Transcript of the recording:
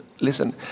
listen